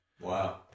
wow